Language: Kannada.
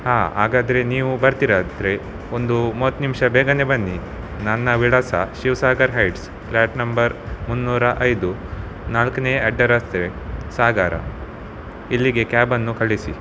ಹಾಂ ಹಾಗಾದ್ರೆ ನೀವು ಬರ್ತೀರಾದರೆ ಒಂದು ಮೂವತ್ತು ನಿಮಿಷ ಬೇಗನೆ ಬನ್ನಿ ನನ್ನ ವಿಳಾಸ Shiv Sagar heights flat number ಮುನ್ನೂರ ಐದು ನಾಲ್ಕನೇ ಅಡ್ಡರಸ್ತೆ ಸಾಗರ ಇಲ್ಲಿಗೆ ಕ್ಯಾಬನ್ನು ಕಳಿಸಿ